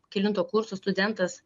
kelinto kurso studentas